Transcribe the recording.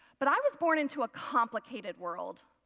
but i was worn into a complicated world,